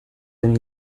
amis